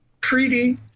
treaty